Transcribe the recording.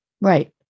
right